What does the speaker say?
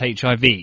HIV